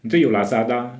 已经有 lazada